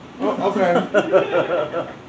okay